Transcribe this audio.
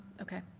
okay